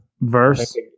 Verse